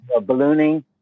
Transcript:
ballooning